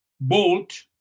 Bolt